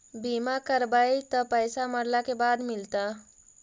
बिमा करैबैय त पैसा मरला के बाद मिलता?